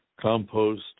compost